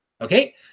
Okay